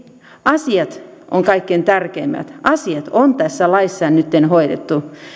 asiat ovat kaikkein tärkeimmät asiat on tässä laissa nytten hoidettu